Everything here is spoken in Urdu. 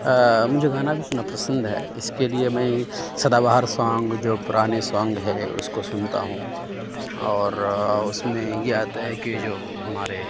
مجھے گانا بھی سننا پسند ہے اس کے لیے میں سدا بہار سونگ جو پرانے سونگ ہے اس کو سنتا ہوں اور اس میں یہ آتا ہے کہ جو ہمارے